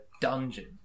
dungeon